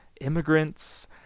immigrants